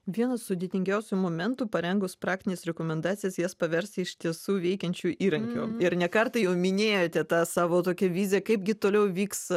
vienas sudėtingiausių momentų parengus praktines rekomendacijas jas paversti iš tiesų veikiančiu įrankiu ir ne kartą jau minėjote tą savo tokią viziją kaipgi toliau vyks